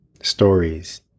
stories